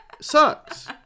sucks